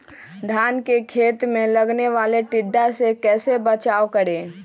धान के खेत मे लगने वाले टिड्डा से कैसे बचाओ करें?